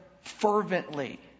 fervently